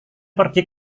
pergi